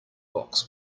box